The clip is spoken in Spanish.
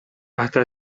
hasta